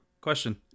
question